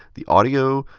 the audio,